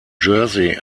jersey